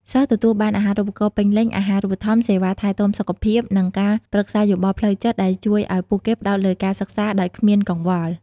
សិស្សទទួលបាន អាហារូបករណ៍ពេញលេញ អាហារូបត្ថម្ភ សេវាថែទាំសុខភាព និងការប្រឹក្សាយោបល់ផ្លូវចិត្ត ដែលជួយឱ្យពួកគេផ្តោតលើការសិក្សាដោយគ្មានកង្វល់។